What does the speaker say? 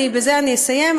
בזה אסיים,